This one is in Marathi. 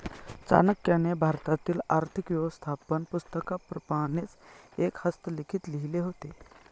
चाणक्याने भारतातील आर्थिक व्यवस्थापन पुस्तकाप्रमाणेच एक हस्तलिखित लिहिले होते